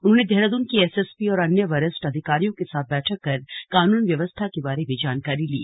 उन्होंने देहरादून की एसएसपी और अन्य वरिष्ठ अधिकारियों के साथ बैठक कर कानून व्यवस्था के बारे में जानकारी ली